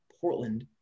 Portland